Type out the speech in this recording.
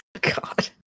God